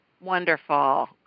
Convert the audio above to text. Wonderful